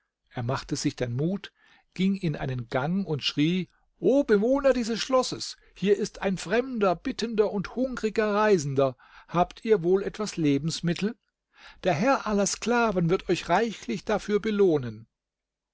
er machte sich dann mut ging in einen gang und schrie o bewohner des schlosses hier ist ein fremder bittender und hungriger reisender habt ihr wohl etwas lebensmittel der herr aller sklaven wird euch reichlich dafür belohnen